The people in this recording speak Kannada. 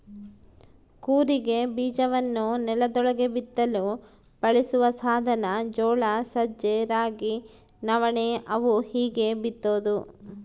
ಕೂರಿಗೆ ಬೀಜವನ್ನು ನೆಲದೊಳಗೆ ಬಿತ್ತಲು ಬಳಸುವ ಸಾಧನ ಜೋಳ ಸಜ್ಜೆ ರಾಗಿ ನವಣೆ ಅವು ಹೀಗೇ ಬಿತ್ತೋದು